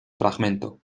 fragmento